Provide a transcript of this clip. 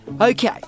Okay